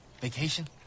Vacation